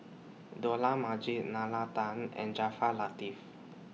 Dollah Majid Nalla Tan and Jaafar Latiff